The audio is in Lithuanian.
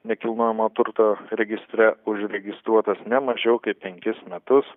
nekilnojamo turto registre užregistruotas ne mažiau kaip penkis metus